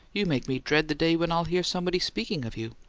you make me dread the day when i'll hear somebody speaking of you.